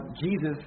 Jesus